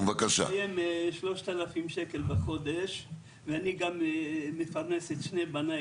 מתקיים מ-3,000 שקל בחודש ואני גם מפרנס את שני בניי,